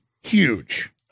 Huge